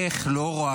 לא ברור